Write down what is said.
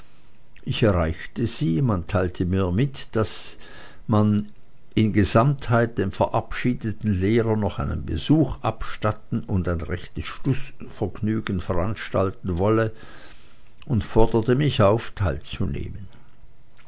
ich erreichte sie man teilte mir mit daß man in gesamtheit dem verabschiedeten lehrer noch einen besuch abstatten und ein rechtes schlußvergnügen veranstalten wolle und forderte mich auf teilzunehmen